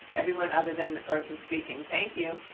everyone other than the person speaking. thank you,